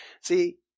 See